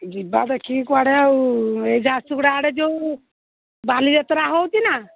ଯିବା ଦେଖିକି କୁଆଡ଼େ ଆଉ ଏଇ ଝାର୍ସୁଗୁଡ଼ା ଆଡ଼େ ଯୋଉ ବାଲିଯାତ୍ରା ହେଉଛି ନା